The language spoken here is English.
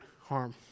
harm